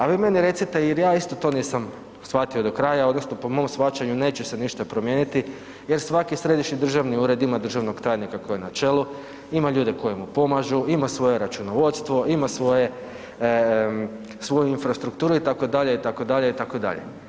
A vi meni recite, jer ja isto to nisam shvatio do kraja odnosno po mom shvaćanju neće se ništa promijeniti, jer svaki središnji državni ured ima državnog tajnika koji je čelu, ima ljude koji mu pomažu, ima svoje računovodstvo, ima svoju infrastrukturu itd., itd., itd.